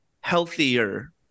healthier